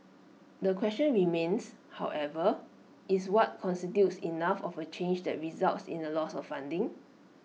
the question remains however is what constitutes enough of A change that results in A loss of funding